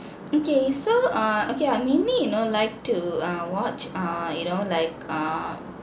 okay so err okay I mainly you know like to err watch err you know like err